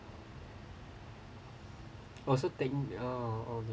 oh so techni~ oh okay